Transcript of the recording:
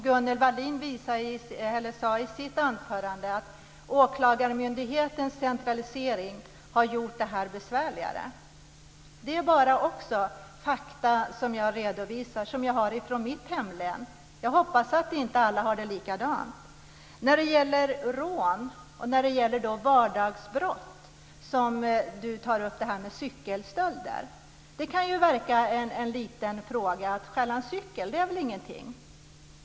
Gunnel Wallin sade i sitt anförande att åklagarmyndighetens centralisering har gjort detta besvärligare. Det är bara fakta som jag redovisar. Jag har fått dem från mitt hemlän. Jag hoppas att inte alla har det likadant. Sedan gällde det rån och vardagsbrott. Alice Åström tar upp cykelstölder. Man kan ju tycka att det är en liten sak att stjäla en cykel. Det är väl ingenting.